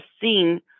seen